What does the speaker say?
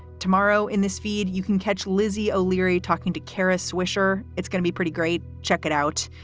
tomorrow in this feed, you can catch lizzie o'leary talking to kara swisher. it's going to be pretty great. check it out.